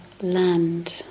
land